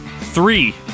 Three